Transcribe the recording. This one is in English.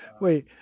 Wait